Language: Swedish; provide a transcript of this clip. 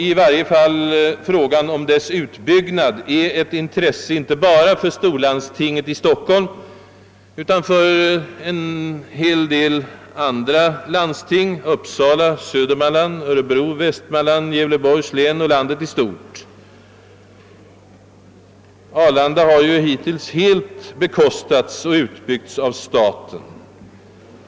I varje fall är frågan om dess utbyggnad ett intresse inte bara för storlandstinget i Stockholm utan för en hel del andra landsting: Uppsala, Södermanlands, Örebro, Västmanlands, Gävleborgs län och landet i stort. Arlanda har ju av sådana skäl hittills helt bekostats och utbyggts av staten.